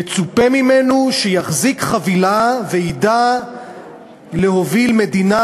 מצופה ממנו שיחזיק חבילה וידע להוביל מדינה